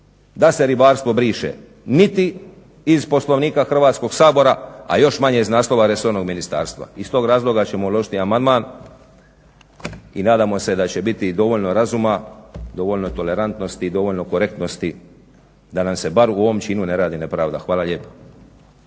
da se ribarstvo briše niti iz Poslovnika Hrvatskoga sabora, a još manje iz naslova resornog ministarstva. Iz to razloga ćemo uložiti amandman i nadamo se da će biti dovoljno razuma, dovoljno tolerantnosti i dovoljno korektnosti da nam se bar u ovom činu ne radi nepravda. Hvala lijepa.